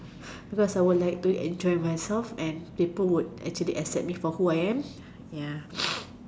because I would like to enjoy myself and people would actually accept me for who I am